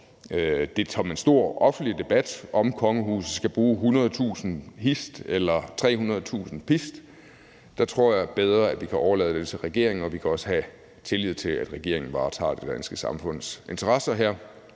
at have en stor offentlig debat om, hvorvidt kongehuset skal bruge 100.000 kr. hist eller 300.000 kr. pist. Der tror jeg, at vi bedre kan overlade det til regeringen, og vi kan også have tillid til, at regeringen varetager det danske samfunds interesser her.